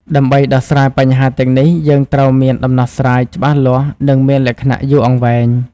ដើម្បីដោះស្រាយបញ្ហាទាំងនេះ យើងត្រូវតែមានដំណោះស្រាយច្បាស់លាស់និងមានលក្ខណៈយូរអង្វែង។